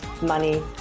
money